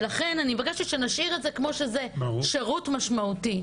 ולכן אני מבקשת שנשאיר את זה כמו שזה שירות משמעותי.